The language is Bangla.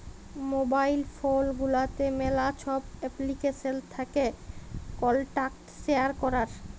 মোবাইল ফোল গুলাতে ম্যালা ছব এপ্লিকেশল থ্যাকে কল্টাক্ট শেয়ার ক্যরার